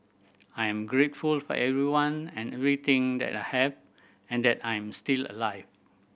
I am grateful for everyone and everything that I have and that I'm still alive